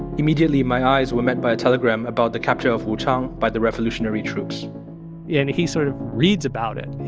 immediately, my eyes were met by a telegram about the capture of wuchang by the revolutionary troops and he sort of reads about it.